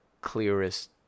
clearest